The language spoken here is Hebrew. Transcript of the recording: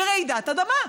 ברעידת אדמה.